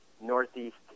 northeast